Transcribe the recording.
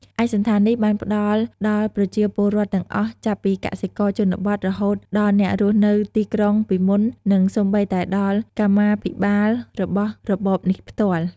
ឯកសណ្ឋាននេះបានផ្តល់ដល់ប្រជាពលរដ្ឋទាំងអស់ ចាប់ពីកសិករជនបទ រហូតដល់អ្នករស់នៅទីក្រុងពីមុន និងសូម្បីតែដល់កម្មាភិបាលរបស់របបនេះផ្ទាល់។